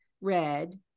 red